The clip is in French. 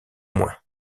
moins